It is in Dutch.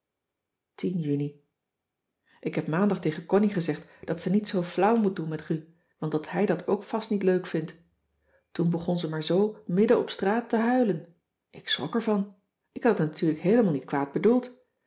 juni ik heb maandag tegen connie gezegd dat ze niet zoo flauw moet doen met ru want dat hij dat ook vast niet leuk vindt toen begon ze maar zoo midden op straat te huilen ik schrok er van ik had het natuurlijk heelemaal niet kwaad bedoeld